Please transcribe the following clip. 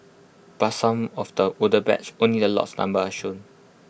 but some of the older batches only the lot numbers are shown